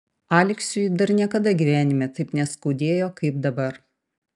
aleksiui dar niekada gyvenime taip neskaudėjo kaip dabar